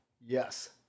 Yes